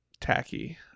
tacky